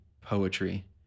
poetry